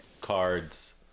cards